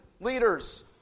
leaders